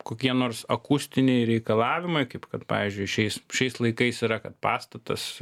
kokie nors akustiniai reikalavimai kaip kad pavyzdžiui šiais šiais laikais yra kad pastatas